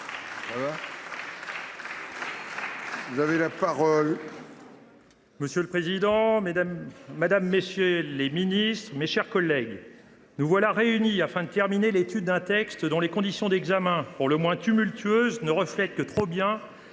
et Républicain. Monsieur le président, madame, messieurs les ministres, mes chers collègues, nous voilà réunis pour terminer l’étude d’un texte dont les conditions d’examen, pour le moins tumultueuses, ne reflètent que trop bien